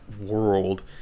world